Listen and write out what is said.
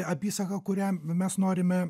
apysaką kurią mes norime